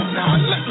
Now